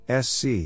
SC